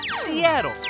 Seattle